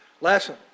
lesson